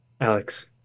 Alex